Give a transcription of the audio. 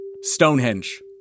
Stonehenge